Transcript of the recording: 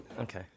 okay